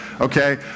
okay